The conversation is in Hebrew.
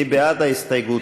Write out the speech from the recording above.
מי בעד ההסתייגות?